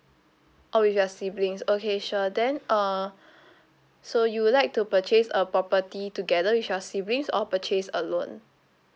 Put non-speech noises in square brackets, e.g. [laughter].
oh with your siblings okay sure then uh [breath] so you would like to purchase a property together with your siblings or purchase alone